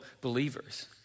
believers